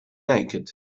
naked